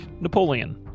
Napoleon